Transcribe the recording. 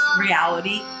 reality